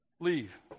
leave